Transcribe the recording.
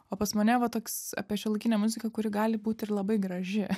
o pas mane va toks apie šiuolaikinę muziką kuri gali būt ir labai graži